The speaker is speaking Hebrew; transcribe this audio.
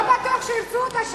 לא בטוח שירצו אותה שם.